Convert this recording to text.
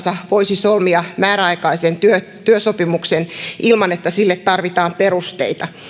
voisi solmia määräaikaisen työsopimuksen ilman että sille tarvitaan perusteita